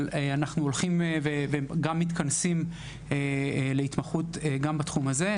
אבל אנחנו הולכים ומתכנסים להתמחות גם בתחום הזה.